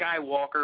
Skywalker